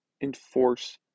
enforce